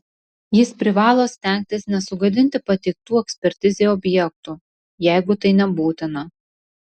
jis privalo stengtis nesugadinti pateiktų ekspertizei objektų jeigu tai nebūtina